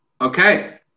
Okay